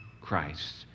Christ